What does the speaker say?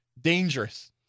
Dangerous